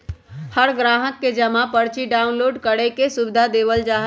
हर ग्राहक के जमा पर्ची डाउनलोड करे के सुविधा देवल जा हई